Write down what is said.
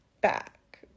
back